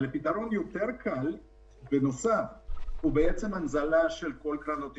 אבל פתרון יותר קל הוא בעצם הנזלה של כל קרנות ההשתלמות.